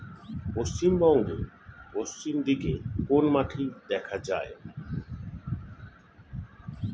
পশ্চিমবঙ্গ পশ্চিম দিকে কোন মাটি দেখা যায়?